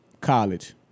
college